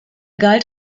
galt